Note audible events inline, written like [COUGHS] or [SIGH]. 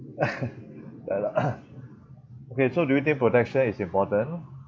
[LAUGHS] ya lah [COUGHS] okay so do you think protection is important